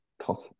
tough